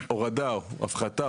הפחתה,